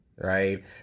right